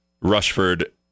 Rushford